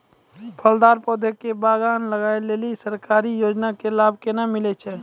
फलदार पौधा के बगान लगाय लेली सरकारी योजना के लाभ केना मिलै छै?